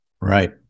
right